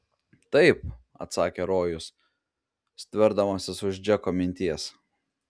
taip atsakė rojus stverdamasis už džeko minties